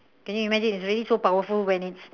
can you imagine it's already so powerful when it's